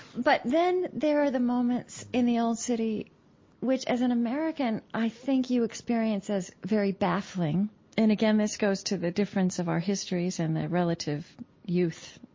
but then there are the moments in the old city which, as an american, i think you experience as very baffling and, again, this goes to the difference of our histories and the relative youth,